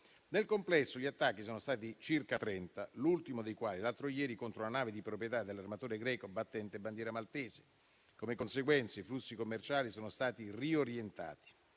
Nel complesso gli attacchi sono stati circa 30, l'ultimo dei quali l'altro ieri, contro la nave di proprietà dell'armatore greco, battente bandiera maltese. Come conseguenza, i flussi commerciali sono stati riorientati.